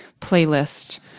playlist